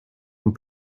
und